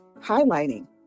highlighting